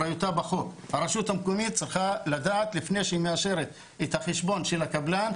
הרשות המקומית צריכה לדעת לפני שהיא מאשרת את החשבון של הקבלן,